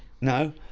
No